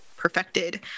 perfected